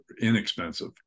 inexpensive